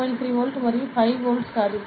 3 volt మరియు 5 వోల్ట్ల కాదు